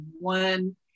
one